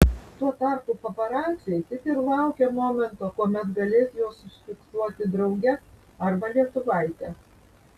tuo tarpu paparaciai tik ir laukia momento kuomet galės juos užfiksuoti drauge arba lietuvaitę